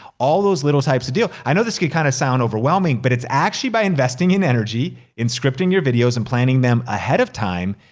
all those little types of deal. i know this could kinda sound overwhelming, but it's actually by investing in energy in scripting your videos, and planning them ahead of time,